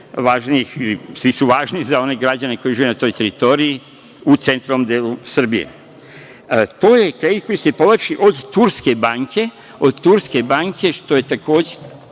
važnijih, ali svi su važni za one građane koji žive na toj teritoriji u centralnom delu Srbije. To je kredit koji se povlači od turske banke, što je takođe